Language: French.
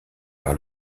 par